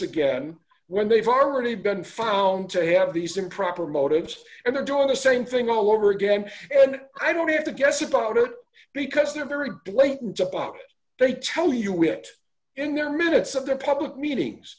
again when they've already been found to have these improper motives and they're doing the same thing all over again and i don't have to guess about it because they're very blatant hypocrisy they tell you it in their minutes of their public meetings